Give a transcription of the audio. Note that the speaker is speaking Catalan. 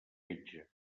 fetge